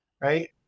right